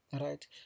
right